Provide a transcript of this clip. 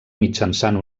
mitjançant